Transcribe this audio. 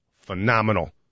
phenomenal